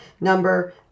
number